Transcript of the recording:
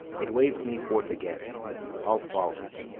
it waves me forth again i'll follow it.